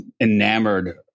enamored